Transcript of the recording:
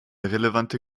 relevante